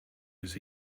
was